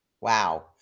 Wow